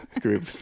group